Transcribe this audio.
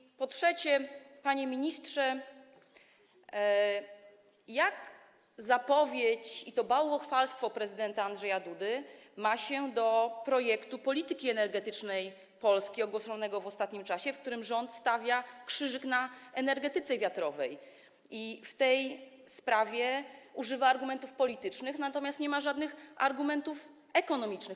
I po trzecie, panie ministrze, jak zapowiedź i to bałwochwalstwo prezydenta Andrzeja Dudy ma się do projektu polityki energetycznej Polski ogłoszonego w ostatnim czasie, w którym rząd stawia krzyżyk na energetyce wiatrowej i w tej sprawie używa argumentów politycznych, natomiast nie ma żadnych argumentów ekonomicznych.